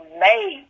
made